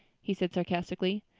he said sarcastically.